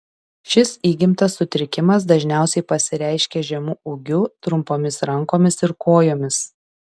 šis įgimtas sutrikimas dažniausiai pasireiškia žemu ūgiu trumpomis rankomis ir kojomis